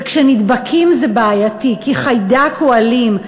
וכשנדבקים זה בעייתי, כי חיידק הוא אלים.